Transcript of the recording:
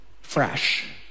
fresh